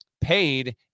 paid